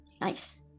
Nice